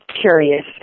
curious